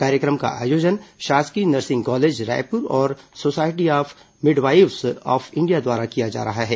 कार्यक्रम का आयोजन शासकीय नर्सिंग कॉलेज रायपुर और society of midwives of India द्वारा किया जा रहा है